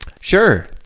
Sure